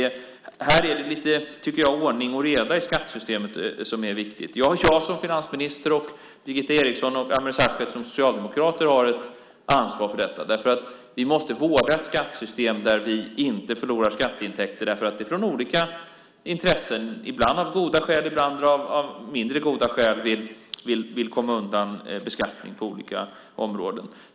Här är det, tycker jag, lite ordning och reda i skattesystemet, vilket är viktigt. Jag som finansminister och Birgitta Eriksson och Ameer Sachet som socialdemokrater har ett ansvar för detta. Vi måste vårda ett skattessystem där vi inte förlorar skatteintäkter för att olika intressen, ibland av goda skäl, ibland av mindre goda skäl, vill komma undan beskattning på olika områden.